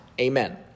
Amen